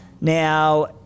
Now